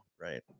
Right